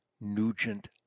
Nugent